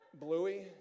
Bluey